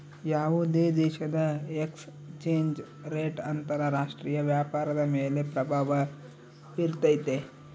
ಯಾವುದೇ ದೇಶದ exchange rate ಅಂತರ ರಾಷ್ಟ್ರೀಯ ವ್ಯಾಪಾರದ ಮೇಲೆ ಪ್ರಭಾವ ಬಿರ್ತೈತೆ